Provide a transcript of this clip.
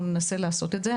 ננסה לעשות את זה השנה,